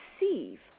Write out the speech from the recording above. receive